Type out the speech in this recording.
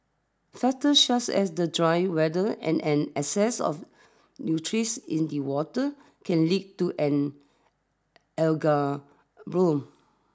factors such as the dry weather and an excess of nutrients in the water can lead to an algae bloom